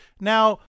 Now